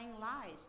lies